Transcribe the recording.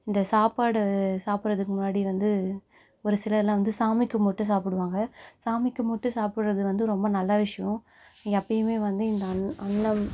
இந்த சாப்பாடு சாப்பிட்றதுக்கு முன்னாடி வந்து ஒரு சிலரெலாம் வந்து சாமி கும்பிட்டு சாப்பிடுவாங்க சாமி கும்பிட்டு சாப்பிறது வந்து ரொம்ப நல்ல விஷயம் இத அப்பவுமே வந்து இந்த அன் அன்னம்